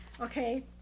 Okay